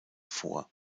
vor